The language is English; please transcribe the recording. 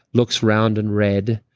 looks round and red.